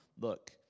Look